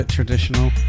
Traditional